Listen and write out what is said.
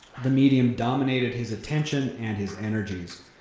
the medium dominated his attention and his energies.